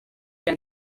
can